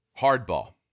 Hardball